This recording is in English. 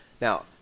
Now